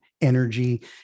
energy